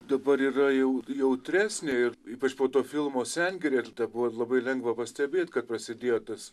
dabar yra jau jautresnė ir ypač po to filmo sengirė ir buvo ir labai lengva pastebėt kad prasidėjo tas